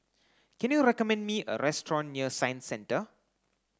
can you recommend me a restaurant near Science Centre